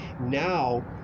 Now